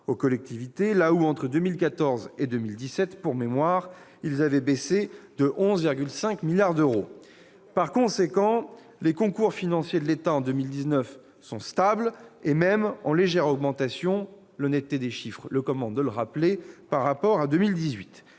aux collectivités là où, entre 2014 et 2017, pour mémoire, ils avaient baissé de 11,5 milliards d'euros. C'est la faute à Macron ! Par conséquent, les concours financiers de l'État en 2019 seront stables, voire en légère augmentation, comme l'honnêteté des chiffres me commande de le rappeler, par rapport à 2018.